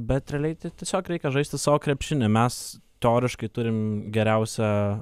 bet realiai tai tiesiog reikia žaisti savo krepšinį mes teoriškai turim geriausią